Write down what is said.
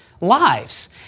lives